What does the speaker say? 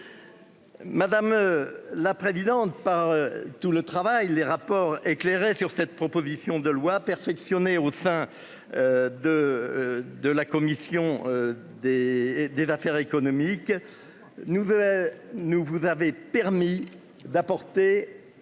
Madame la présidente, par tout le travail, les rapports éclairé sur cette proposition de loi perfectionné au sein. De de la commission des des affaires économiques. Nous. Nous vous avez permis d'apporter